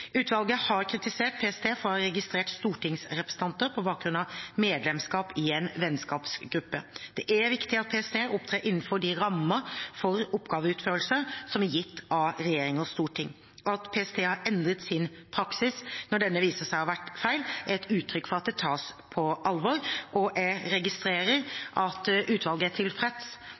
har kritisert PST for å ha registrert stortingsrepresentanter på bakgrunn av medlemskap i en vennskapsgruppe. Det er viktig at PST opptrer innenfor de rammer for oppgaveutførelsen som er gitt av regjeringen og Stortinget. At PST har endret sin praksis når denne viser seg å ha vært feil, er uttrykk for at dette tas på alvor. Jeg registrerer at utvalget er tilfreds